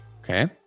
Okay